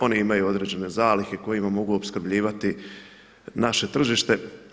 One imaju određene zalihe koje mogu opskrbljivati naše tržište.